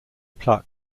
plaque